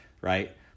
right